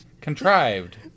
contrived